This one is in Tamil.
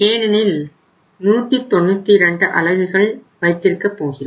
ஏனெனில் 192 அலகுகள் வைத்திருக்கப் போகிறோம்